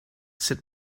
sut